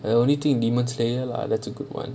the only thing demons slayer lah that's a good [one]